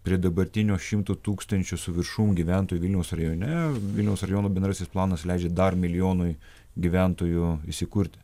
prie dabartinio šimto tūkstančio su viršum gyventojų vilniaus rajone vilniaus rajono bendrasis planas leidžia dar milijonui gyventojų įsikurti